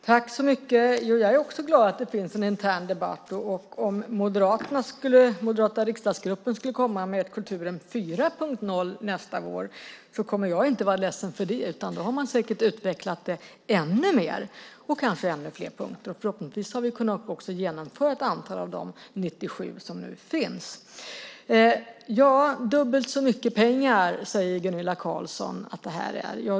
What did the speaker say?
Fru talman! Jag är också glad att det finns en intern debatt. Och om den moderata riksdagsgruppen skulle komma med en Kulturen 4.0 nästa vår kommer jag inte att vara ledsen för det, utan då har man säkert utvecklat det ännu mer och kanske med ännu fler punkter. Förhoppningsvis har vi då också kunnat genomföra ett antal av de 97 som nu finns. Ja, dubbelt så mycket pengar säger Gunilla Carlsson att det här är.